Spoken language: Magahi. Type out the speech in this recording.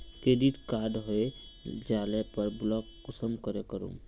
क्रेडिट कार्ड खोये जाले पर ब्लॉक कुंसम करे करूम?